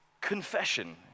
Confession